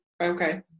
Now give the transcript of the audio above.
Okay